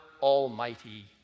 Almighty